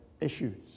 issues